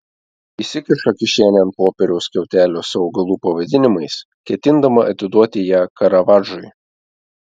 įsikiša kišenėn popieriaus skiautelę su augalų pavadinimais ketindama atiduoti ją karavadžui